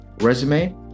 resume